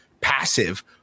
passive